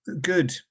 good